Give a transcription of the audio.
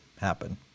happen